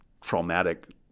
traumatic